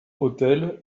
autel